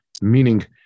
meaning